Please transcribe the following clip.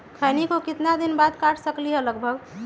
खैनी को कितना दिन बाद काट सकलिये है लगभग?